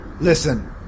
listen